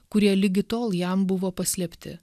kurie ligi tol jam buvo paslėpti